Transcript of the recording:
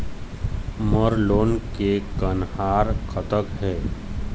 मोर loan के कन्हार कतक हे?